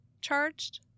charged